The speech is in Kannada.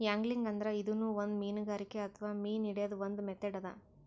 ಯಾಂಗ್ಲಿಂಗ್ ಅಂದ್ರ ಇದೂನು ಒಂದ್ ಮೀನ್ಗಾರಿಕೆ ಅಥವಾ ಮೀನ್ ಹಿಡ್ಯದ್ದ್ ಒಂದ್ ಮೆಥಡ್ ಅದಾ